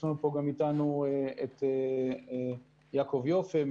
נמצא פה איתנו יעקב יופה,